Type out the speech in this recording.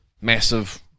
massive